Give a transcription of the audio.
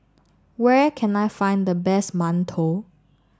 where can I find the best mantou